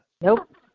Nope